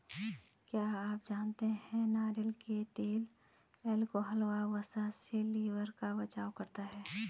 क्या आप जानते है नारियल तेल अल्कोहल व वसा से लिवर का बचाव करता है?